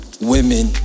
women